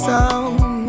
Sound